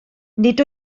nid